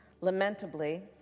Lamentably